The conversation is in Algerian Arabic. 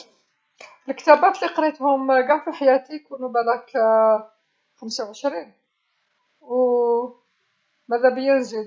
الكتابات اللي قريتهم قاع في حياتي يكونو بلاك خمسه وعشرين، و مدابيا نزيد.